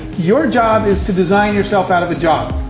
your job is to design yourself out of a job.